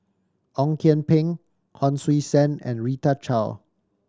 Ong Kian Peng Hon Sui Sen and Rita Chao